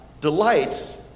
delights